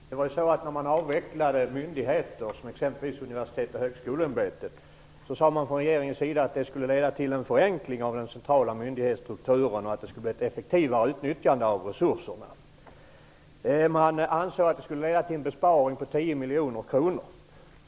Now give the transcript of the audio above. Herr talman! Jag vill ställa en fråga till statsministern. När man avvecklade myndigheter, t.ex. Universitets och högskoleämbetet, sade man från regeringens sida att det skulle innebära en förenkling av den centrala myndighetsstrukturen och ett effektivare utnyttjande av resurserna. Man ansåg att det skulle leda till en besparing på 10 miljoner kronor.